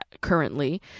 currently